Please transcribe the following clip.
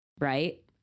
right